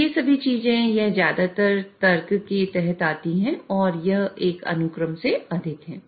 तो ये सभी चीजें यह ज्यादातर तर्क के तहत आती हैं और यह एकअनुक्रम से अधिक है